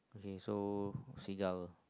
so seagull